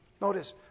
Notice